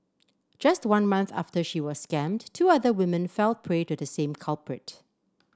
just one month after she was scammed two other women fell prey to the same culprit